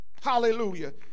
Hallelujah